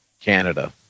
Canada